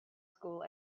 school